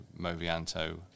Movianto